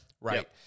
Right